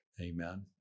Amen